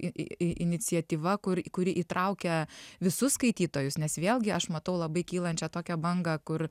į į į iniciatyva kur kuri įtraukia visus skaitytojus nes vėlgi aš matau labai kylančią tokią bangą kur